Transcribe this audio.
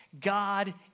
God